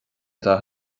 dath